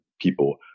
people